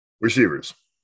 Receivers